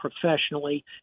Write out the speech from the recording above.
professionally